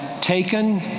taken